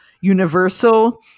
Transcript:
universal